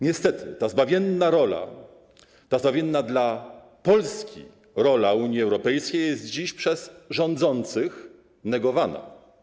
Niestety ta zbawienna rola, ta zbawienna dla Polski rola Unii Europejskiej jest dziś przez rządzących negowana.